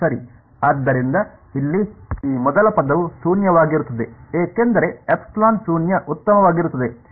ಆದ್ದರಿಂದ ಇಲ್ಲಿ ಈ ಮೊದಲ ಪದವು ಶೂನ್ಯವಾಗಿರುತ್ತದೆ ಏಕೆಂದರೆ ε ಶೂನ್ಯ ಉತ್ತಮವಾಗಿರುತ್ತದೆ